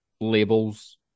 labels